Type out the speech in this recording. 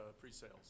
pre-sales